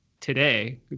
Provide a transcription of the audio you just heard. today